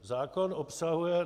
Zákon obsahuje...